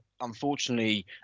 unfortunately